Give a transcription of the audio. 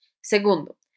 Segundo